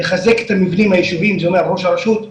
לחזק את המבנים היישוביים זה אומר ראש הרשות,